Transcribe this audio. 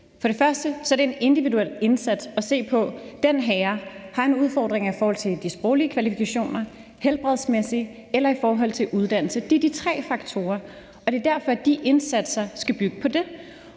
For det første er det en individuel indsats at se på, om den herre har udfordringer i forhold til de sproglige kvalifikationer, det helbredsmæssige eller i forhold til uddannelse. Det er de tre faktorer, og det er derfor, at de indsatser skal bygge på det.